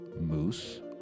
moose